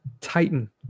titan